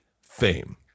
fame